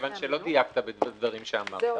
מכיוון שלא דייקת בדברים שאמרת.